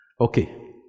Okay